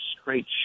straight